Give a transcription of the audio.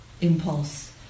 impulse